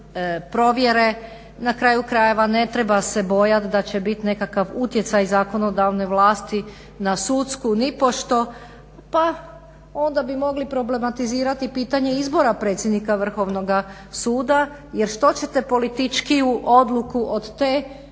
Na kraju krajeva ne treba se bojati da će biti nekakav utjecaj zakonodavne vlasti na sudsku nipošto. Pa onda bi mogli problematizirati pitanje izbora predsjednika Vrhovnoga suda jer što ćete političkiju odluku od te da